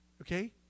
Okay